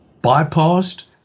bypassed